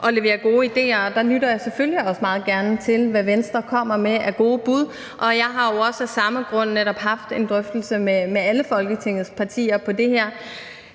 at levere gode idéer, og der lytter jeg selvfølgelig også meget gerne til, hvad Venstre kommer med af gode bud. Jeg har jo også af samme grund netop haft en drøftelse med alle Folketingets partier om det her.